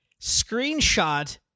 screenshot